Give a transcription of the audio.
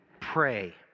pray